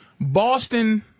Boston